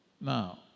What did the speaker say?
Now